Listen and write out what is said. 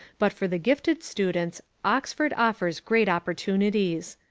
but for the gifted students oxford offers great opportunities.